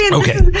and okay,